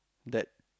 that